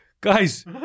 Guys